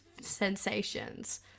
sensations